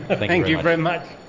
ah thank you very much.